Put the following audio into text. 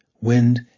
wind